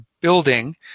building